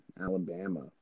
Alabama